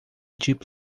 deep